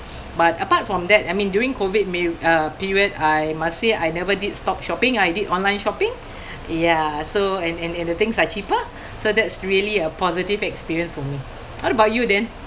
but apart from that I mean doing COVID may uh period I must say I never did stop shopping I did online shopping ya so and and and the things are cheaper so that's really a positive experience for me what about you dan